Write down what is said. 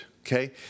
Okay